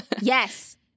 yes